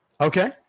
Okay